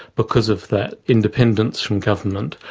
because of that independence from government,